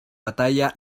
batalla